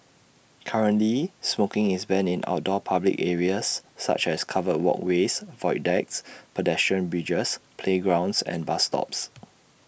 currently smoking is banned in outdoor public areas such as covered walkways void decks pedestrian bridges playgrounds and bus stops